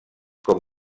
com